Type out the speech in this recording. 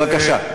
בבקשה.